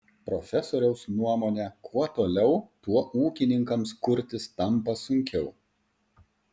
profesoriaus nuomone kuo toliau tuo ūkininkams kurtis tampa sunkiau